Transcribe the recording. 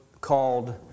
called